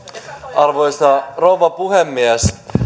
arvoisa rouva puhemies